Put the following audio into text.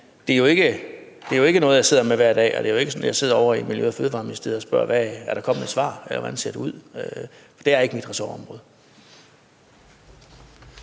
at det jo ikke er noget, jeg sidder med hver dag, og det er ikke sådan, at jeg sidder ovre i Miljø- og Fødevareministeriet og spørger: Er der kommet et svar, eller hvordan ser det ud? For det er ikke mit ressortområde.